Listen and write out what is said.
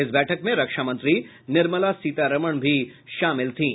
इस बैठक में रक्षा मंत्री निर्मला सीतारमण भी शामिल थीं